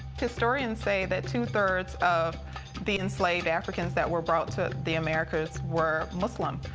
historians say that two-thirds of the enslaved africans that were brought to the americas were muslim,